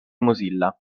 mozilla